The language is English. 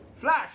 Flash